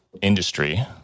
industry